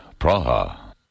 Praha